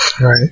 right